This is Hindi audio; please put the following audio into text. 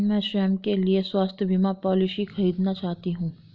मैं स्वयं के लिए स्वास्थ्य बीमा पॉलिसी खरीदना चाहती हूं